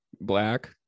black